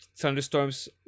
thunderstorms